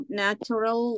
natural